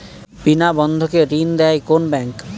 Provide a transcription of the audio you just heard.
বিনা বন্ধক কে ঋণ দেয় কোন ব্যাংক?